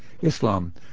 Islam